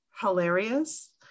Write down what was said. hilarious